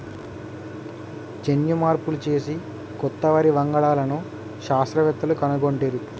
జన్యు మార్పులు చేసి కొత్త వరి వంగడాలను శాస్త్రవేత్తలు కనుగొట్టిరి